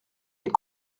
les